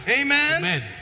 Amen